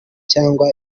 cyangwa